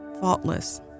faultless